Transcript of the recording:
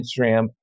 Instagram